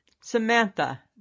samantha